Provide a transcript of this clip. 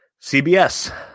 CBS